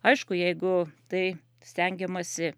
aišku jeigu tai stengiamasi